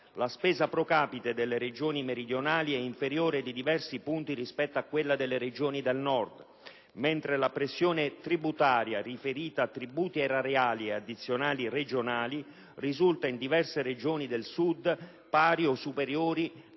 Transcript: la spesa *pro capite* delle Regioni meridionali è inferiore di diversi punti rispetto a quella delle Regioni settentrionali, mentre la pressione tributaria riferita a tributi erariali e addizionali regionali risulta in diverse Regioni del Sud pari o superiore